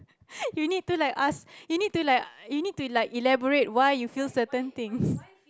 you need to like ask you need to like you need to like elaborate why you feel certain things